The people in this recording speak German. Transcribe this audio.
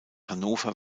hannover